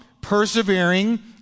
persevering